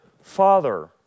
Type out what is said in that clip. father